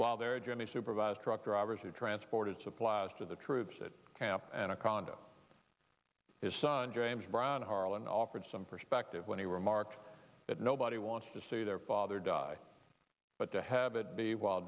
while there jenny supervised truck drivers who transported supplies to the troops that kept anaconda his son james brown harlan offered some perspective when he remarked that nobody wants to see their father die but to have it be while